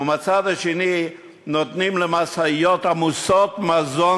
ומהצד השני נותנים למשאיות עמוסות מזון